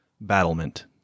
battlement